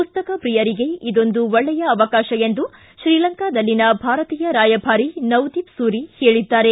ಮಸ್ತಕ ಪ್ರಿಯರಿಗೆ ಇದೊಂದು ಒಳ್ಳೆಯ ಅವಕಾಶ ಎಂದು ಶ್ರೀಲಾಂಕದಲ್ಲಿನ ಭಾರತೀಯ ರಾಯಭಾರಿ ನವದೀಪ್ ಸೂರಿ ಹೇಳಿದ್ದಾರೆ